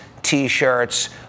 t-shirts